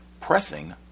pressing